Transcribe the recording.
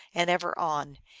and ever on.